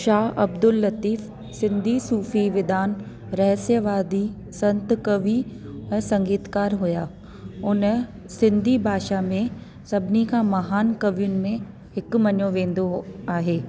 शाह अब्दुल लतीफ सिंधी सुफी विदान रहस्यवादी संत कवि ऐं संगीतकार हुया उन सिंधी भाषा में सभिनी खां महान कवियुनि में हिकु मञियो वेंदो आहे